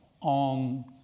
on